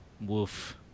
Woof